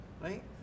right